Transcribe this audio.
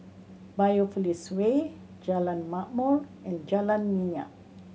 Biopolis Way Jalan Ma'mor and Jalan Minyak